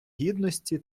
гідності